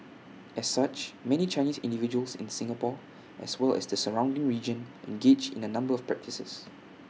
as such many Chinese individuals in Singapore as well as the surrounding region engage in A number of practices